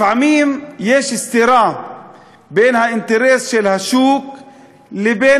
לפעמים יש סתירה בין האינטרס של השוק לבין